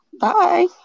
Bye